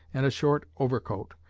and a short overcoat.